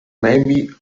maybe